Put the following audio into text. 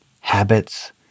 habits